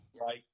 Right